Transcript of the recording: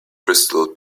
crystal